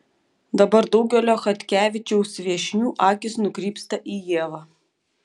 dabar daugelio chodkevičiaus viešnių akys nukrypsta į ievą